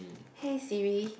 hey Siri